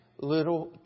little